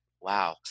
wow